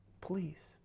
Please